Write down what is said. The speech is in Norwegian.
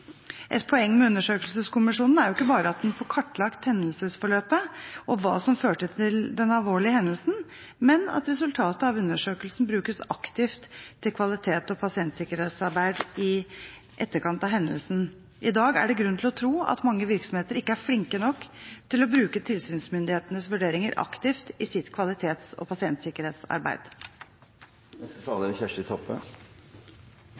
Et poeng med undersøkelseskommisjonen er ikke bare at en får kartlagt hendelsesforløpet og hva som førte til den alvorlige hendelsen, men at resultatet av undersøkelsen brukes aktivt i kvalitets- og pasientsikkerhetsarbeidet i etterkant av hendelsen. I dag er det grunn til å tro at mange virksomheter ikke er flinke nok til å bruke tilsynsmyndighetenes vurderinger aktivt i sitt kvalitets- og